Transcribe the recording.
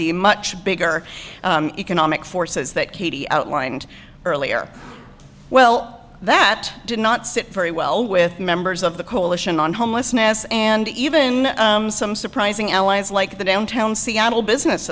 the much bigger economic forces that katie outlined earlier well that did not sit very well with members of the coalition on homelessness and even some surprising elements like the downtown seattle business